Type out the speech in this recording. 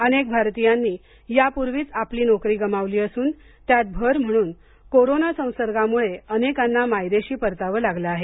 अनेक भारतीयांनी यापूर्वीच आपली नोकरी गमावली असून त्यात भर म्हणून कोरोना संसर्गामुळे अनेकांना मायदेशी परतावं लागलं आहे